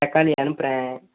தக்காளி அனுப்புகிறேன்